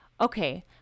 okay